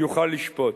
יוכל לשפוט.